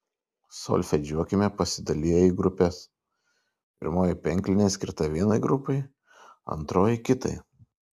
solfedžiuokime pasidaliję į grupes pirmoji penklinė skirta vienai grupei antroji kitai